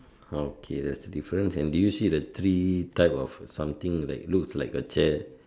okay there is a difference and did you see three type of something like looks like a jet